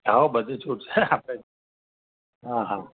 હોવ બધું છૂટ છે આપણે તો હા હા